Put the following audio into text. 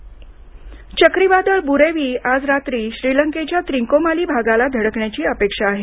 बुरेवी चक्रीवादळ बुरेवी आज रात्री श्रीलंकेच्या त्रीकोमाली भागाला धडकण्याची अपेक्षा आहे